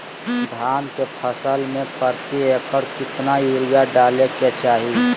धान के फसल में प्रति एकड़ कितना यूरिया डाले के चाहि?